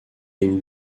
une